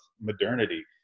modernity